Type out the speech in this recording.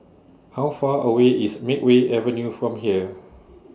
How Far away IS Makeway Avenue from here